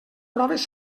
proves